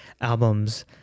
albums